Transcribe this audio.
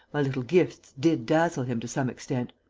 my little gifts did dazzle him to some extent.